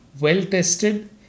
well-tested